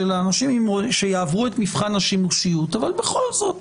אנשים שיעברו את מבחן השימושיות אבל בכל זאת